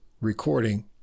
recording